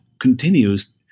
continues